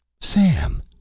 Sam